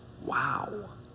Wow